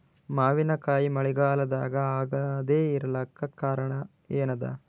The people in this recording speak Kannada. ಮಾವಿನಕಾಯಿ ಮಳಿಗಾಲದಾಗ ಆಗದೆ ಇರಲಾಕ ಕಾರಣ ಏನದ?